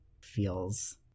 feels